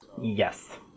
Yes